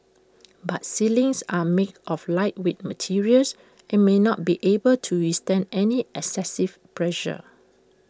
but ceilings are made of lightweight materials and may not be able to withstand any excessive pressure